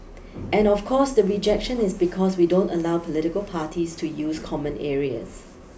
and of course the rejection is because we don't allow political parties to use common areas